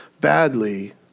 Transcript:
badly